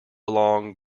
along